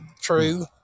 true